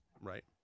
Right